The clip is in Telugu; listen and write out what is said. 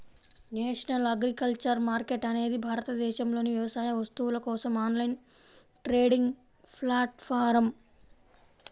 నేషనల్ అగ్రికల్చర్ మార్కెట్ అనేది భారతదేశంలోని వ్యవసాయ వస్తువుల కోసం ఆన్లైన్ ట్రేడింగ్ ప్లాట్ఫారమ్